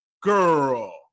Girl